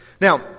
now